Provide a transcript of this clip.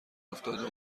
افتاده